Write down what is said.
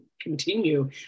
continue